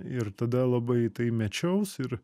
ir tada labai į tai mečiaus ir